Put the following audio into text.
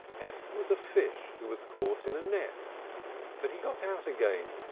f was a fish who was caught in a net but he got out again,